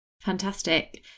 Fantastic